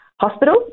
hospital